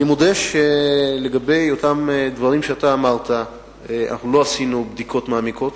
אני מודה שלגבי אותם דברים שאתה אמרת אנחנו לא עשינו בדיקות מעמיקות.